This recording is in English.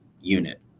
unit